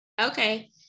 Okay